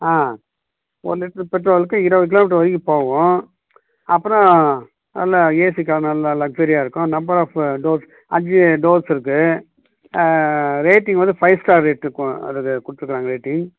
ஆ ஒரு லிட்ரு பெட்ரோலுக்கு இருபது கிலோமீட்ரு வரைக்கும் போவும் அப்புறம் நல்ல ஏசி கார் நல்ல லக்ஸரியாக இருக்கும் நம்பர் ஆஃப் டோர்ஸ் அஞ்சு டோர்ஸ் இருக்கு ரேட்டிங் வந்து ஃபைவ் ஸ்டார் ரேட் இருக்கும் அதில் கொடுத்துருக்காங்க ரேட்டிங்